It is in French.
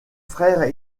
frères